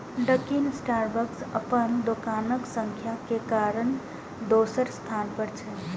Dunkin Starbucks अपन दोकानक संख्या के कारण दोसर स्थान पर छै